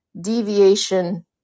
deviation